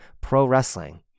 pro-wrestling